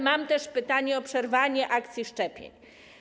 Mam też pytanie o przerwanie akcji szczepień.